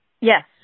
Yes